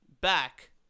back